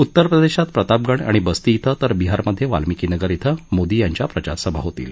उत्तर प्रदेशात प्रतापगड आणि बस्ती इथं तर बिहारमध्ये वाल्मिकी नगर इथं मोदी यांच्या प्रचारसभा होतील